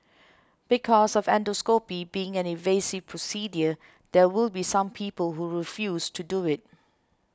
because of endoscopy being an invasive procedure there will be some people who refuse to do it